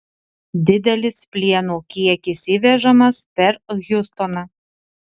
didelis plieno kiekis įvežamas per hjustoną